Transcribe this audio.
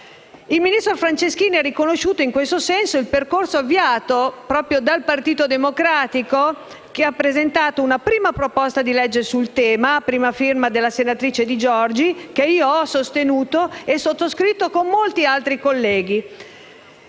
Il ministro Franceschini ha riconosciuto in questo senso il percorso avviato dal Partito Democratico, che ha presentato una prima proposta di legge sul tema, a prima firma della senatrice Di Giorgi, che io ho sostenuto e sottoscritto con molti altri colleghi,